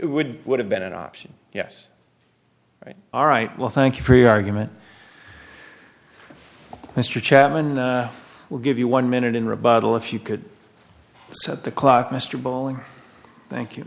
would would have been an option yes right all right well thank you for your argument mr chairman will give you one minute in rebuttal if you could set the clock mr bowling thank you